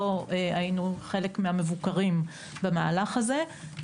לא היינו חלק מהמבוקרים במהלך הזה,